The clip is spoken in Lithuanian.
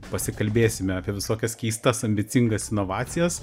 pasikalbėsime apie visokias keistas ambicingas inovacijas